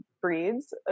breeds